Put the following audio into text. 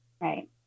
Right